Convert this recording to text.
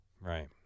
Right